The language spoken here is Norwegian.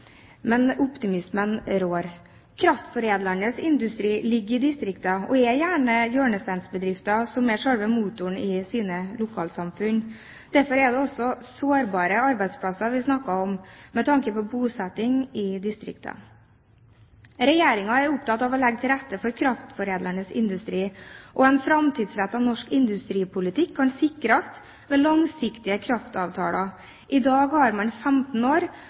men optimismen rår. Kraftforedlende industri ligger i distriktene og er gjerne hjørnesteinsbedrifter som er selve motoren i et lokalsamfunn. Derfor er det også sårbare arbeidsplasser vi snakker om med tanke på bosetting i distriktene. Regjeringen er opptatt av å legge til rette for kraftforedlende industri, og en framtidsrettet norsk industripolitikk kan sikres med langsiktige kraftavtaler: I dag har man avtaler på 15 år,